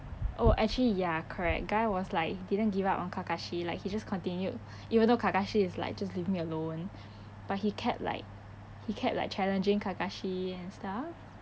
oh actually ya correct guy was like he didn't give up on kakashi like he just continued even though kakashi is like just leave me alone but he kept like he kept like challenging kakashi and stuff